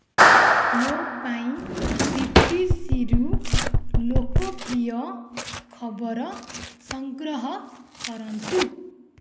ମୋ ପାଇଁ BBC ରୁ ଲୋକପ୍ରିୟ ଖବର ସଂଗ୍ରହ କରନ୍ତୁ